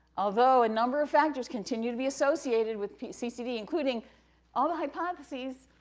although a number of factors continue to be associated with ccd, including all the hypotheses,